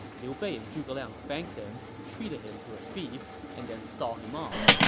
liu bei and zhuge liang thanked him, treated him to a feast, and then saw him off.